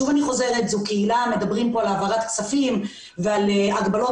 אתם מדברים כאן על העברת כספים ועל הגבלות